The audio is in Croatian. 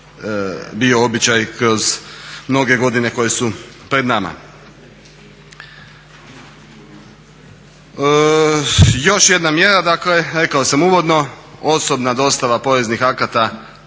bio običaj kroz mnoge godine koje su pred nama. Još jedna mjera, dakle rekao sam uvodno osobna dostava poreznih akata